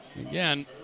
Again